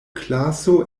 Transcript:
klaso